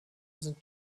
sind